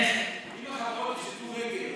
אם החברות יפשטו רגל,